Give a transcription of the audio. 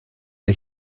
der